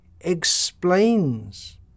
explains